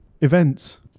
events